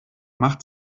macht